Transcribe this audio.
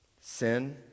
sin